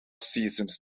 seasons